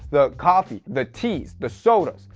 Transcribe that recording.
the coffee, the teas, the sodas,